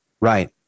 right